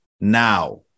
now